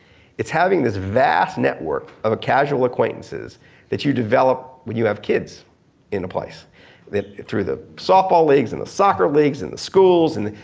it's having this vast network of casual acquaintances that you develop when you have kids in a place that, through the softball leagues and the soccer leagues and the schools and the,